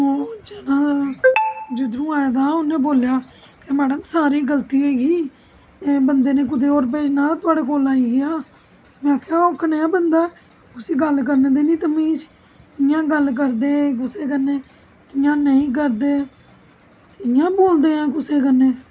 ओह् जना जिद्धरों आए दा हा उद्धरा बोलेआ के मैडम साॅरी गल्ती होई गेई बंदे ने कुते और भेजना हा थुआढ़े कोल आई गेआ में आखेआ ओह् कनेहा बंदा ऐ उसी गल्ल करने दी नेई तमीज कियां गल्ल करदे कुसै कन्नै कियां नेईं करदे इयां बोलदे ने कुसै कन्नै